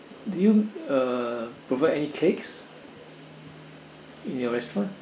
do you uh provide any cakes in your restaurant